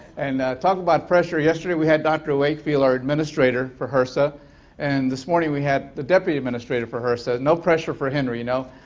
and talk about pressure, yesterday we had dr. wakefield our administrator for hrsa and this morning we had the deputy administrator for hrsa, no pressure for henry you know.